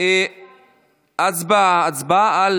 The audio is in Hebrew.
הצבעה על